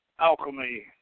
alchemy